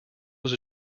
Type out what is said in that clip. was